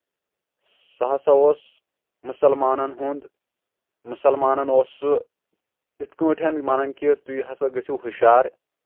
سُہ ہسا اوس مُسلمانن ہُنٛد مُسلمانن اوس سُہ یِتھۍ کٲٹھۍ ونان کہِ تُہۍ ہسا گٔژھِو حُشار